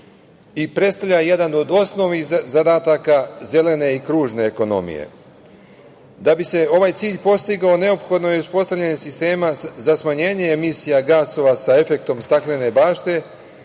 i predstavlja jedan od osnovnih zadataka zelene i kružne ekonomije. Da bi se ovaj cilj postigao, neophodno je uspostavljanje sistema za smanjenje emisije gasova sa efektom staklene bašte